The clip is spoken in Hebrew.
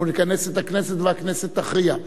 אנחנו נכנס את הכנסת והכנסת תכריע.